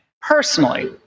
personally